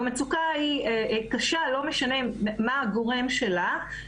המצוקה היא קשה לא משנה מה הגורם שלה,